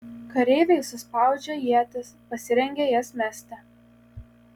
kareiviai suspaudžia ietis pasirengia jas mesti